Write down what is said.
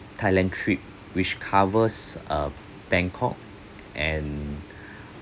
thailand trip which covers uh bangkok and